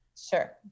sure